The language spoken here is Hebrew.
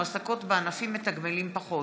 מועסקות בענפים מתגמלים פחות.